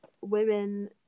women